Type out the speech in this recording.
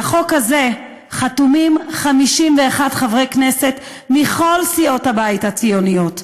על החוק הזה חתומים 51 חברי כנסת מכל סיעות הבית הציוניות,